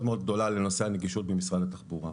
גדולה לנושא הנגישות במשרד התחבורה.